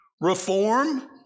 reform